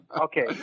Okay